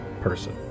person